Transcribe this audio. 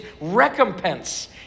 recompense